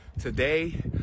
Today